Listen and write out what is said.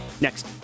next